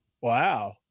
wow